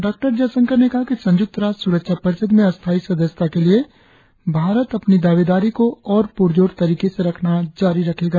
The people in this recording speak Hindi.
डॉ जयशंकर ने कहा संय्क्त राष्ट्र स्रक्षा परिषद में स्थाई सदस्यता के लिए भारत अपनी दावेदारी को और प्रजोर तरीके से रखना जारी रखेगा